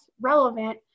relevant